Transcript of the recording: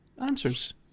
answers